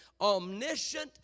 omniscient